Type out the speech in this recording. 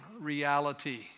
reality